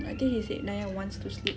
I think he said nanya wants to sleep